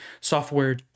software